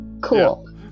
Cool